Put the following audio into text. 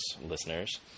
listeners